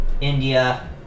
India